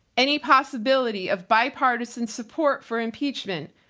any possibility of bipartisan support for impeachment,